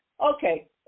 Okay